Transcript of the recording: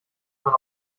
man